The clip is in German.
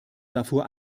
darfur